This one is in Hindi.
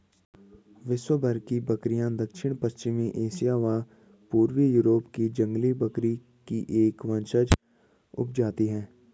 विश्वभर की बकरियाँ दक्षिण पश्चिमी एशिया व पूर्वी यूरोप की जंगली बकरी की एक वंशज उपजाति है